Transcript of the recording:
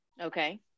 Okay